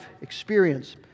experience